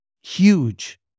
huge